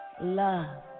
love